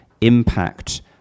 impact